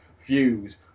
fuse